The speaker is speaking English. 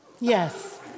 Yes